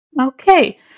Okay